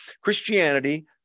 Christianity